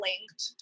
linked